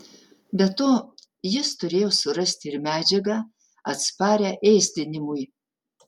be to jis turėjo surasti ir medžiagą atsparią ėsdinimui